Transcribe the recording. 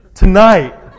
Tonight